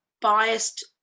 biased